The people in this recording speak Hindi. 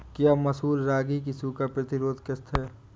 क्या मसूर रागी की सूखा प्रतिरोध किश्त है?